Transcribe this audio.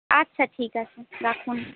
আচ্ছা ঠিক আছে রাখুন